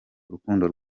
urukundo